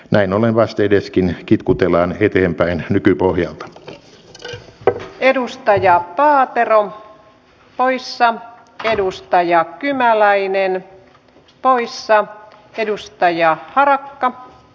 näin ollen vastedeskin kitkutellaan eteenpäin nykypohjalta pr edustaja paatero parissa on edustajia kymäläinen paulissa edustaja arä